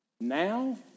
Now